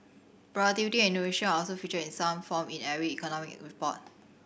productivity and innovation are also featured in some form in every economic report